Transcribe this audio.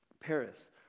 Paris